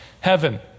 heaven